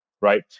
Right